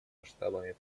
масштабами